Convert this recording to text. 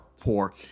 poor